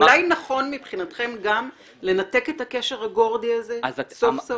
אולי נכון מבחינתכם לנתק את הקשר הגורדי הזה סוף-סוף?